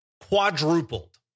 quadrupled